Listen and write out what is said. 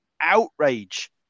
outrage